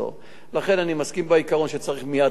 אני מסכים בעיקרון שצריך מייד למחוק את זה,